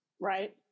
Right